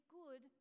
good